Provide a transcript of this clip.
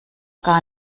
gar